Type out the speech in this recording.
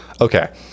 Okay